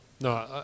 No